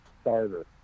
starter